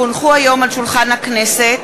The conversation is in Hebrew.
כי הונחו היום על שולחן הכנסת,